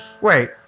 Wait